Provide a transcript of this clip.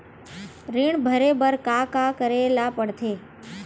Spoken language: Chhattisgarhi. ऋण भरे बर का का करे ला परथे?